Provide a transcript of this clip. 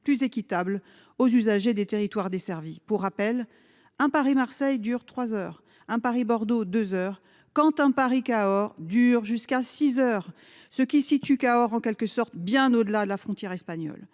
plus équitable aux usagers des territoires desservis. Pour rappel, un Paris-Marseille dure trois heures, un Paris-Bordeaux, deux heures, alors qu'un Paris-Cahors dure jusqu'à six heures, ce qui situe Cahors, en quelque sorte, bien au-delà de la frontière espagnole.